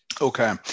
Okay